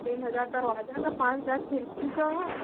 तीन हज़ार दरवाज़ा के पाँच हज़ार खिड़की के